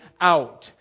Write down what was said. out